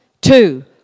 two